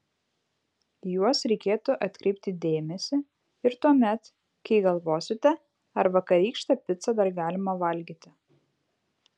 į juos reikėtų atkreipti dėmesį ir tuomet kai galvosite ar vakarykštę picą dar galima valgyti